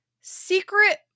Secret